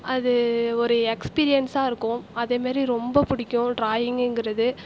அது ஒரு எக்ஸ்பீரியன்ஸாக இருக்கும் அதே மாதிரி ரொம்ப பிடிக்கும் டிராயிங்குங்கறது